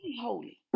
holy